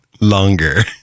longer